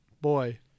Boy